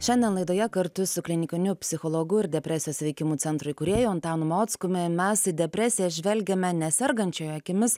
šiandien laidoje kartu su klinikiniu psichologu ir depresijos įveikimų centro įkūrėju antanu mockumi mes į depresiją žvelgiame ne sergančiojo akimis